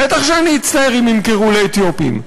בטח שאני אצטער אם ימכרו לאתיופים.